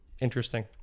Interesting